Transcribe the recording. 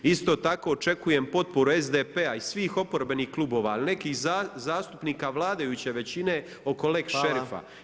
Isto tako očekujem potporu SDP-a i svih oporbenih klubova, ali nekih zastupnika vladajućih većine oko lex šerifa.